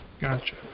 Gotcha